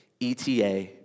ETA